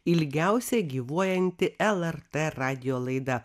ilgiausia gyvuojanti lrt radijo laida